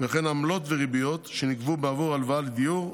וכן עמלות וריביות שנגבו בעבור הלוואה לדיור,